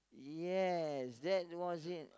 yes that was it